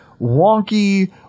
wonky